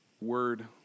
word